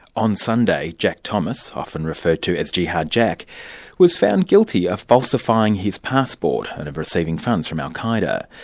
on sunday, jack thomas, often referred to as jihad jack was found guilty of falsifying his passport and of receiving funds from al-qa'eda.